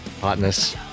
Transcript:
hotness